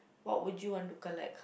what would you want to collect